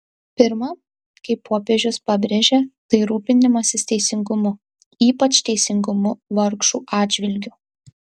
pirma kaip popiežius pabrėžė tai rūpinimasis teisingumu ypač teisingumu vargšų atžvilgiu